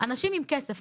אנשים עם כסף,